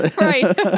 Right